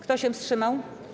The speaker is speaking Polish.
Kto się wstrzymał?